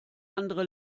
andere